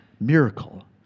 miracle